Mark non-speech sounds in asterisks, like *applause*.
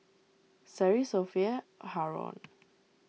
Seri Sofea Haron *noise*